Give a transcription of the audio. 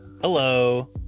Hello